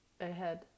ahead